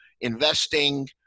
investing